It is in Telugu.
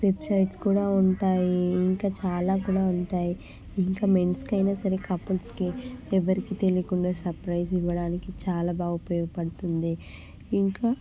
వెబ్సైట్స్ కూడా ఉంటాయి ఇంకా చాలా కూడా ఉంటాయి ఇంకా మెన్స్కైనా సరే కపుల్స్కి ఎవరికీ తెలియకుండా సర్ప్రైజ్ ఇవ్వడానికి చాలా బాగా ఉపయోగపడుతుంది ఇంకా